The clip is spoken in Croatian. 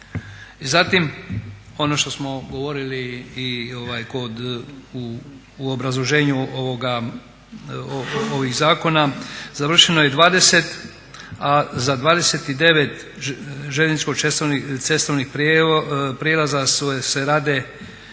zatim ono što smo govorili i u obrazloženju ovih zakona, završeno je 20, a za 29 željezničko-cestovnih prijelaza 29 su